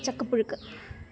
ചക്കപ്പുഴുക്ക്